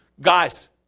guys